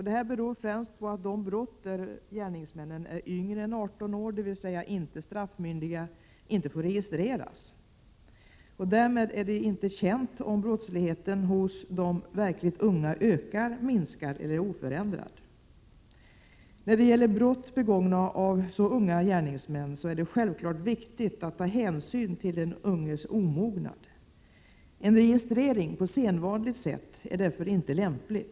Detta beror främst på att de brott där gärningsmannen är yngre än 18 år, dvs. inte är straffmyndig, ej får registreras. Därmed är det inte känt om brottsligheten hos de verkligt unga ökar, minskar eller är oförändrad. När det gäller brott begångna av så unga gärningsmän är det självklart viktigt att ta hänsyn till den unges omognad. En registrering på sedvanligt sätt är därför inte lämplig.